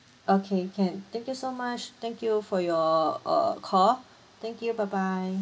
okay can thank you so much thank you for your uh call thank you bye bye